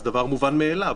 זה דבר מובן מאליו.